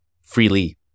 freely